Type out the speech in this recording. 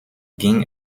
ging